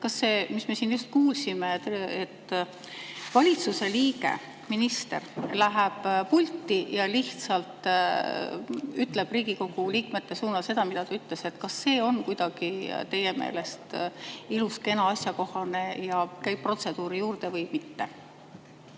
Kas see, mis me siin just kuulsime, et valitsuse liige, minister, läheb pulti ja lihtsalt ütleb Riigikogu liikmete suunal seda, mida ta ütles, on kuidagi teie meelest ilus, kena, asjakohane ja käib protseduuri juurde või mitte?